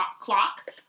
clock